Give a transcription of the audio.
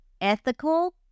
ethical